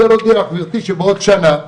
אני רוצה להגיד לך גבירתי שבעוד שנה,